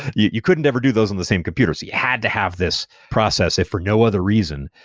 you you couldn't ever do those in the same computers. you had to have this process, if for no other reason,